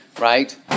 right